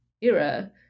era